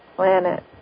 Planet